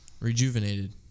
Rejuvenated